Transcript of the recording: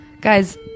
guys